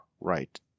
right